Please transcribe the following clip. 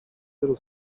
little